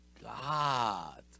God